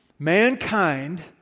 Mankind